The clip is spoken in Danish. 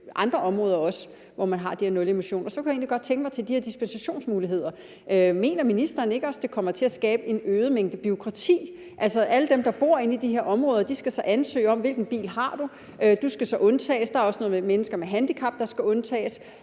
andre områder, hvor man har det her med nulemission. Så kunne jeg egentlig godt tænke mig vedrørende de her dispensationsmuligheder at høre: Mener ministeren ikke også, at det kommer til at skabe en øget mængde bureaukrati? Altså, alle dem, der bor inde i de her områder, skal så ansøge om det, og afhængigt af hvilken bil du har, skal du så undtages. Der er også noget med mennesker med handicap, der skal undtages